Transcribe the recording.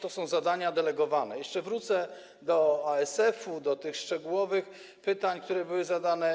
Tu są zadania delegowane, a jeszcze wrócę do ASF-u, do tych szczegółowych pytań, które były zadane.